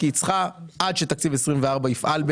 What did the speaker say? כי עד שתקציב 24' יפעל,